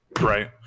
right